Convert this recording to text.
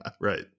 right